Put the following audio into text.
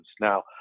Now